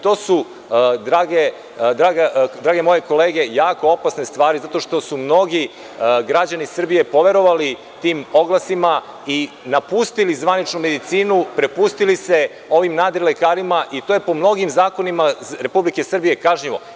To su drage moje kolege, jako opasne stvari zato što su mnogi građani Srbije poverovali tim oglasima i napustili zvaničnu medicinu, prepustili se ovim nadrilekarima i to je po mnogim zakonima Republike Srbije kažnjivo.